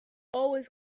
always